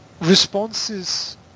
responses